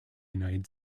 united